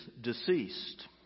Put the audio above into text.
deceased